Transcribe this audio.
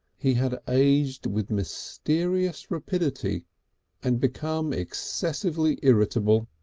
he had aged with mysterious rapidity and become excessively irritable,